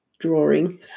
drawing